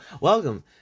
welcome